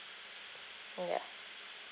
ya